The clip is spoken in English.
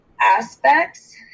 aspects